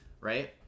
Right